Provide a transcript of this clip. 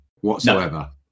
whatsoever